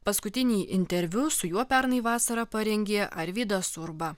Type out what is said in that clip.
paskutinį interviu su juo pernai vasarą parengė arvydas urba